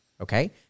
okay